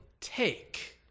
take